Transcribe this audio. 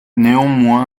néanmoins